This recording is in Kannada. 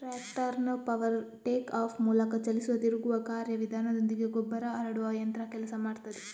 ಟ್ರಾಕ್ಟರ್ನ ಪವರ್ ಟೇಕ್ ಆಫ್ ಮೂಲಕ ಚಲಿಸುವ ತಿರುಗುವ ಕಾರ್ಯ ವಿಧಾನದೊಂದಿಗೆ ಗೊಬ್ಬರ ಹರಡುವ ಯಂತ್ರ ಕೆಲಸ ಮಾಡ್ತದೆ